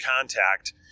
contact